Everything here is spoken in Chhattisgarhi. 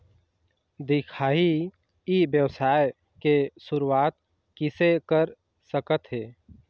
दिखाही ई व्यवसाय के शुरुआत किसे कर सकत हे?